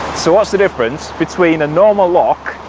so what's the difference between a normal lock,